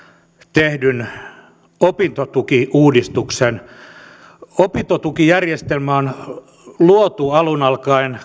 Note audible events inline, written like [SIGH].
tehdyn opintotukiuudistuksen opintotukijärjestelmä on luotu alun alkaen [UNINTELLIGIBLE]